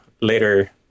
later